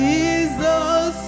Jesus